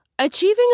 Achieving